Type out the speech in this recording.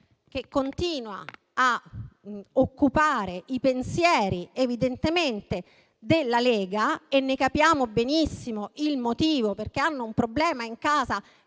che continua a occupare i pensieri evidentemente della Lega e ne capiamo benissimo il motivo, perché hanno un problema in casa